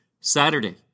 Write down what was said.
Saturday